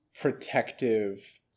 protective